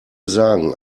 sagen